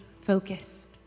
focused